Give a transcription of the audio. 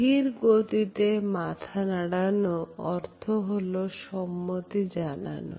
ধীরগতিতে মাথা নাড়ানো অর্থ হল সম্মতি জানানো